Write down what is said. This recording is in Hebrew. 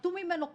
שסחטו ממנו כסף,